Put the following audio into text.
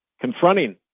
confronting